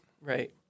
right